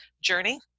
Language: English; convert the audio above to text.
journey